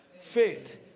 faith